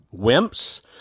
wimps